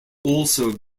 also